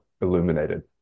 illuminated